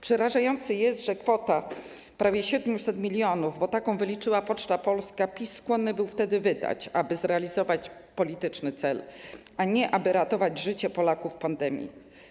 Przerażające jest, że kwota prawie 700 mln, bo taką wyliczyła Poczta Polska, PiS skłonny był wtedy wydać, aby zrealizować polityczny cel, a nie po to, aby ratować życie Polaków w pandemii.